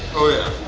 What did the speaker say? oh yeah!